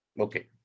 Okay